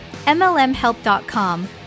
mlmhelp.com